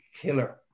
killer